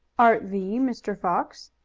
art thee mr. fox?